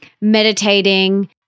meditating